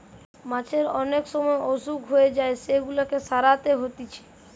মাছের অনেক সময় অসুখ হয়ে যায় সেগুলাকে সারাতে হতিছে